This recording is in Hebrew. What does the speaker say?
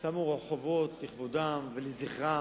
שקראו רחובות לכבודם ולזכרם,